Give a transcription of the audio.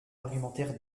argumentaire